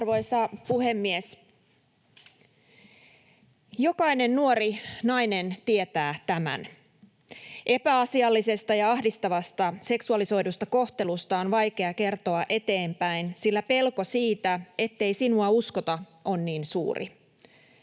Arvoisa puhemies! Jokainen nuori nainen tietää tämän: Epäasiallisesta ja ahdistavasta seksualisoidusta kohtelusta on vaikea kertoa eteenpäin, sillä pelko siitä, ettei sinua uskota, on niin suuri.